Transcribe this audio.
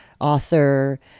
author